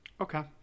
Okay